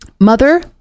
Mother